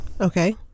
Okay